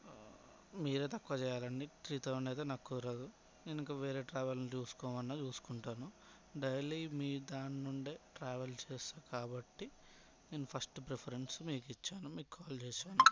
మీరే తక్కువ చేయాలండి త్రీ థౌజండ్ అయితే నాకు కుదరదు నేను ఇంకా వేరే ట్రావెల్ని చూసుకోమన్నా చూసుకుంటాను డైలీ మీదానినుండే ట్రావెల్ చేస్తాను కాబట్టి నేను ఫస్ట్ ప్రిఫరెన్స్ మీకు ఇచ్చాను మీకు కాల్ చేశాను